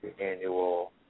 annual